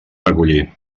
recollir